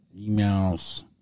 emails